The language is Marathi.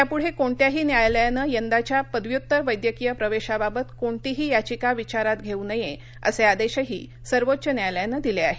या पुढे कोणत्याही न्यायालयानं यंदाच्या पद्व्युत्तर वैद्यकीय प्रवेशाबाबत कोणतीही याचिका विचारात घेऊ नये असे आदेशही सर्वोच्च न्यायालयानं दिले आहेत